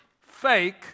Fake